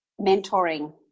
Mentoring